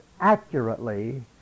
accurately